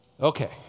Okay